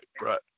right